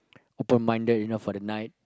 open minded you know for the night